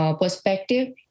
perspective